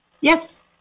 yes